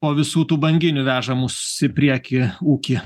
po visų tų banginių veža mus į priekį ūkį